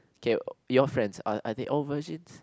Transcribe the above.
K your friends are are they all virgins